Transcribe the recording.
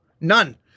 None